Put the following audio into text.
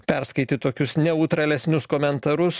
perskaityt tokius neutralesnius komentarus